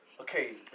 Okay